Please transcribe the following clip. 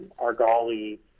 Argali